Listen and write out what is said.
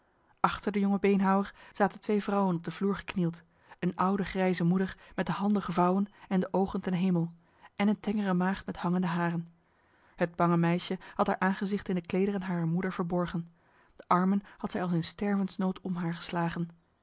achter de jonge beenhouwer zaten twee vrouwen op de vloer geknield een oude grijze moeder met de handen gevouwen en de ogen ten hemel en een tengere maagd met hangende haren het bange meisje had haar aangezicht in de klederen harer moeder verborgen de armen had zij als in stervensnood om haar geslagen